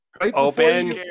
Open